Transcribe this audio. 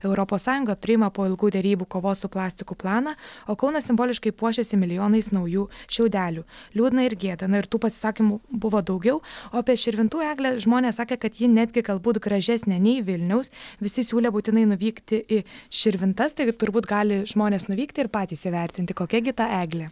europos sąjunga priima po ilgų derybų kovos su plastiku planą o kaunas simboliškai puošėsi milijonais naujų šiaudelių liūdna ir gėda na ir tų pasisakymų buvo daugiau o apie širvintų eglę žmonės sakė kad ji netgi galbūt gražesnė nei vilniaus visi siūlė būtinai nuvykti į širvintas tai turbūt gali žmonės nuvykti ir patys įvertinti kokia gi ta eglė